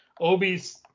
Obi's